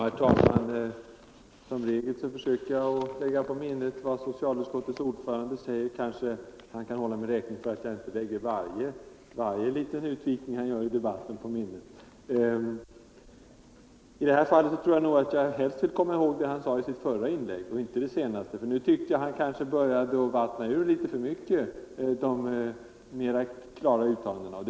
Herr talman! Som regel försöker jag komma ihåg vad socialutskottets ordförande säger, men han kanske kan hålla mig räkning för att jag inte lägger varje liten utvikning han gör i debatten på minnet. I det här fallet tror jag att jag helst vill komma ihåg vad herr Karlsson i Huskvarna sade i sitt första inlägg och inte i det senaste. Då tyckte jag nämligen att han började vattna ur sina klara uttalanden en aning.